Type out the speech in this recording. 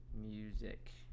Music